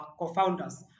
co-founders